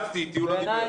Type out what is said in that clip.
נעלבתי, איתי הוא לא דיבר.